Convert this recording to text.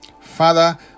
Father